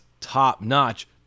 top-notch